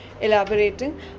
Elaborating